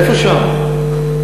איפה שם?